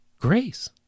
grace